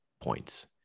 points